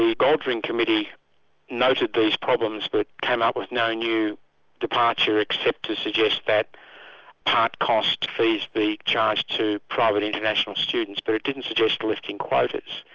the golding committee noted these problems that came up, of no new departure except to suggest that part cost fees be charged to private international students, but it didn't suggest lifting quotas,